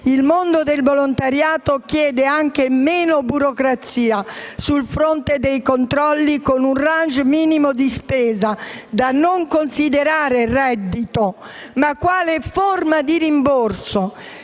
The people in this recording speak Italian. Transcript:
Il mondo del volontariato chiede anche meno burocrazia sul fronte dei controlli, con un *range* minimo di spesa da non considerare reddito ma quale forma di rimborso.